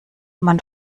man